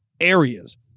areas